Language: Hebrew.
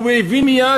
הוא הבין מייד,